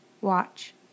Watch